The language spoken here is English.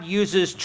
uses